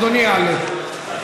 אדוני יעלה.